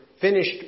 Finished